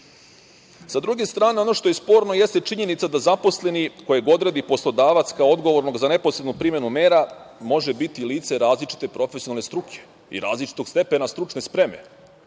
druge strane, ono što je sporno jeste činjenica da zaposleni kojeg odredi poslodavac kao odgovornog za neposrednu primenu mera može biti lice različite profesionalne struke i različitog stepena stručne spreme,